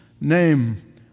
name